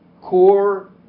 core